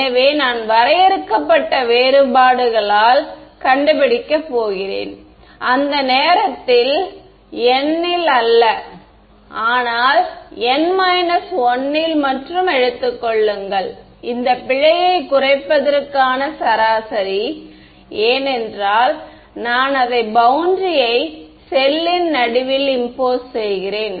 எனவே நான் வரையறுக்கப்பட்ட வேறுபாடுகளால் கண்டுபிடிக்கப் போகிறேன் அந்த நேரத்தில் n இல் அல்ல ஆனால் n 1 ல் மற்றும் எடுத்துக்கொள்ளுங்கள் இந்த பிழையை குறைப்பதற்கான சராசரி ஏனென்றால் நான் அதை பௌண்டரியியை செல்லின் நடுவில் இம்போஸ் செய்க்கிறேன்